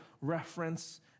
reference